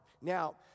Now